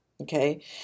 Okay